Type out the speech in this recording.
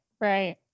right